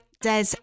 Des